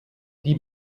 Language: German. die